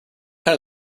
kind